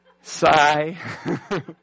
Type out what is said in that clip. Sigh